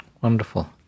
Wonderful